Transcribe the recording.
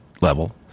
level